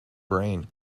brain